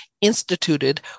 instituted